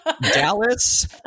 Dallas